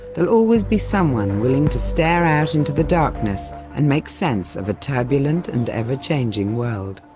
there'll always be someone willing to stare out into the darkness and make sense of a turbulent and ever-changing world.